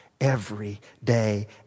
everyday